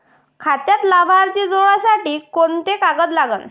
खात्यात लाभार्थी जोडासाठी कोंते कागद लागन?